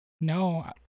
No